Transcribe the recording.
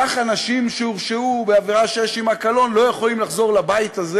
כך אנשים שהורשעו בעבירה שיש עמה קלון לא יכולים לחזור לבית הזה,